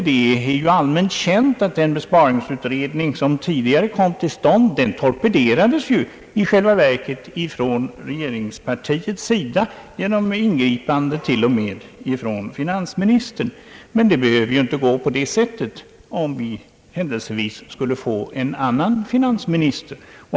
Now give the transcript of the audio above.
Det är ju allmänt känt att den besparingsutredning som tidigare kom till stånd torpederades i själva verket från regeringspartiets sida genom ingripande t.o.m. av finansministern. Men det behöver inte gå på det sättet om vi hän delsevis skulle få en annan finansminister.